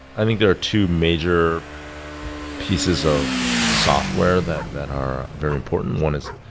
i think there are two major pieces of software that that are very important. one is